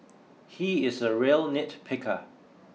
he is a real nitpicker